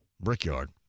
Brickyard